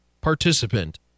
participant